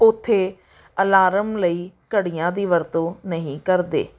ਉੱਥੇ ਅਲਾਰਮ ਲਈ ਘੜੀਆਂ ਦੀ ਵਰਤੋਂ ਨਹੀਂ ਕਰਦੇ